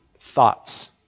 thoughts